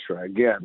Again